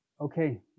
Okay